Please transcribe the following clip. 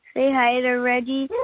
say hi to reggie.